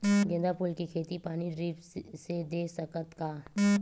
गेंदा फूल के खेती पानी ड्रिप से दे सकथ का?